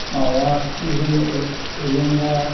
मावा फिथिख्रि ए एलेंगा